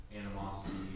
animosity